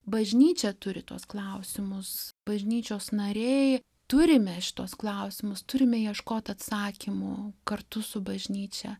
bažnyčia turi tuos klausimus bažnyčios nariai turime šituos klausimus turime ieškot atsakymų kartu su bažnyčia